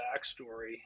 backstory